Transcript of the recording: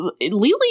lily